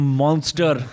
monster